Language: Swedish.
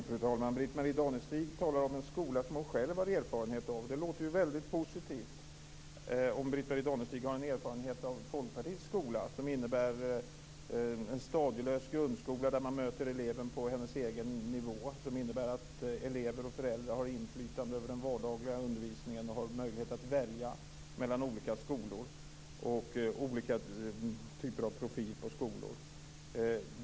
Fru talman! Britt-Marie Danestig talar om en skola som hon själv har erfarenhet av. Det låter väldigt positivt om Britt-Marie Danestig har en erfarenhet av Folkpartiets skola, som innebär en stadielös grundskola där man möter eleven på hennes egen nivå och att elever och föräldrar har inflytande över den vardagliga undervisningen och har möjlighet att välja mellan olika skolor med olika profiler.